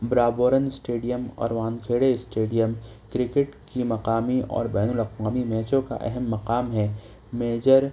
Brabourne stadium اور Wankhede stadium cricket کی مقامی اور بین الاقوامی میچوں کا اہم مقام ہے میجر